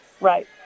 Right